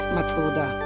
Matilda